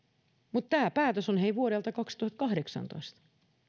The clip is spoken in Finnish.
mutta tämä päätös on hei vuodelta kaksituhattakahdeksantoista